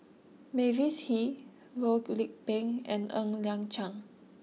Mavis Hee Loh Lik Peng and Ng Liang Chiang